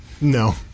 No